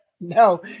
No